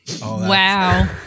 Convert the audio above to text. Wow